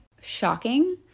shocking